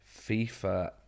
FIFA